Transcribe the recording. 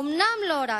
אומנם לא רק,